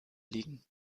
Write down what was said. liegen